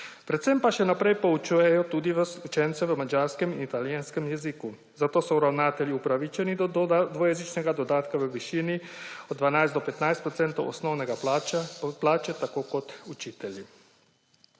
Predvsem pa še naprej poučujejo tudi učence v madžarskem in italijanskem jeziku, zato so ravnatelji upravičeni do dvojezičnega dodatka v višini od 12 do 15 procentov osnovne plače tako kot učitelji.